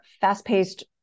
fast-paced